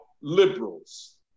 liberals